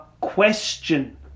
question